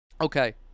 okay